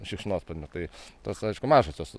šikšnosparniu tai tas aišku mažosios